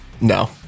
No